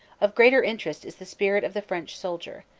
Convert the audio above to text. of greater interest is the spirit of the french soldier,